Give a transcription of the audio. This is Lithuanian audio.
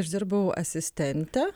aš dirbau asistente